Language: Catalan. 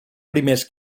primers